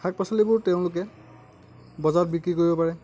শাক পাচলিবোৰ তেওঁলোকে বজাৰত বিক্ৰী কৰিব পাৰে